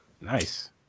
Nice